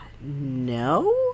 No